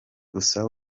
gusa